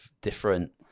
different